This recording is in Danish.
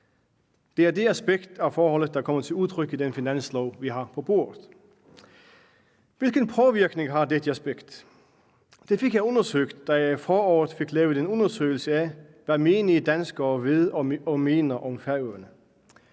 Det er det aspekt af forholdet, der kommer til udtryk i den finanslov, vi har på bordet. Hvilken påvirkning har dette aspekt? Det fik jeg undersøgt, da jeg i foråret fik lavet en undersøgelse af, hvad menige danskere ved og mener om Færøerne.